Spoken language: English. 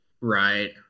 Right